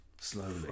slowly